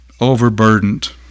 overburdened